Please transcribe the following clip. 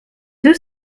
deux